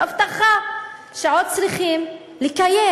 הבטחה שעוד צריכים לקיים.